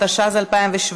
התשע"ז 2017,